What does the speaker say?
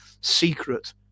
secret